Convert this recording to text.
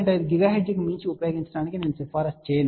5 GHz మించి ఉపయోగించటానికి నేను సిఫార్సు చేయను